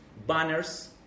banners